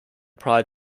pride